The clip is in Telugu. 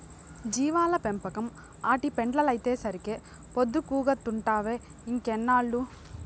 జీవాల పెంపకం, ఆటి పెండలైతేసరికే పొద్దుగూకతంటావ్ ఇంకెన్నేళ్ళు